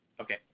Okay